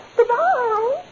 Goodbye